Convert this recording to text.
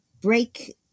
break